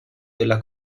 della